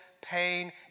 pain